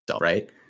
right